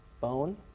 bone